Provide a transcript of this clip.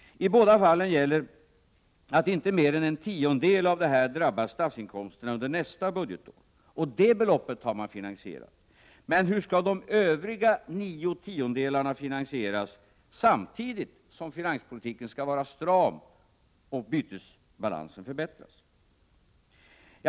I båda fallen gäller att inte mer än en tiondel av detta drabbar statsinkomsterna under nästa budgetår. Det beloppet är finansierat. Men hur skall de övriga nio tiondelarna finansieras, samtidigt som finanspolitiken skall vara stram och bytesbalansen förbättras?